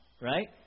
Right